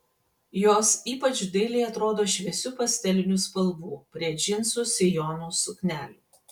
jos ypač dailiai atrodo šviesių pastelinių spalvų prie džinsų sijonų suknelių